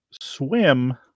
swim